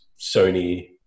Sony